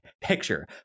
picture